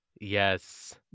Yes